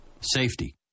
Safety